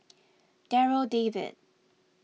Darryl David